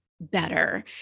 Better